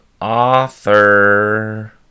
author